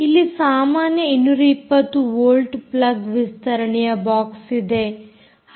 ಇಲ್ಲಿ ಸಾಮಾನ್ಯ 220 volt plug ವಿಸ್ತರಣೆಯ ಬಾಕ್ಸ್ ಇದೆ